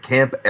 Camp